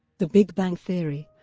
the big bang theory